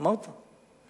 אמרת.